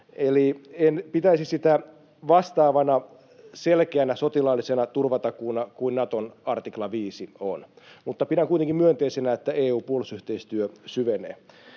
en pitäisi sitä vastaavana selkeänä sotilaallisena turvatakuuna kuin Naton artikla 5 on. Mutta pidän kuitenkin myönteisenä, että EU-puolustusyhteistyö syvenee.